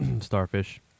Starfish